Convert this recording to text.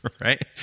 right